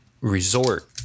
resort